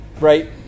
right